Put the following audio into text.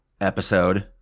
episode